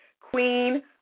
Queen